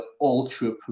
ultra